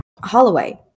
Holloway